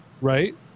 right